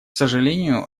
сожалению